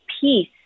peace